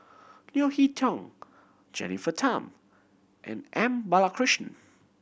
Leo Hee Tong Jennifer Tham and M Balakrishnan